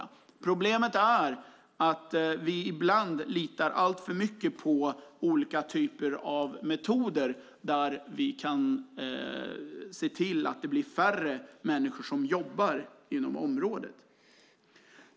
Men problemet är att vi ibland alltför mycket litar på olika typer av metoder för att se till att färre jobbar inom området.